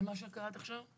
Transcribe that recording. למה שקראת עכשיו?